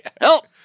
help